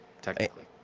Technically